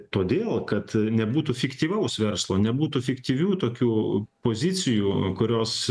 todėl kad nebūtų fiktyvaus verslo nebūtų fiktyvių tokių pozicijų kurios